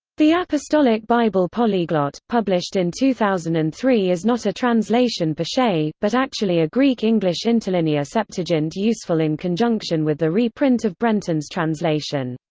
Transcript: the apostolic bible polyglot, published in two thousand and three is not a translation per se, but actually a greek english interlinear septuagint useful in conjunction with the re-print of brenton's translation.